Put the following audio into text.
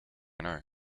know